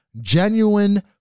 genuine